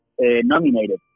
nominated